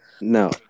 No